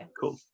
Cool